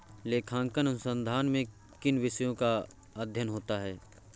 लेखांकन अनुसंधान में किन विषयों का अध्ययन होता है?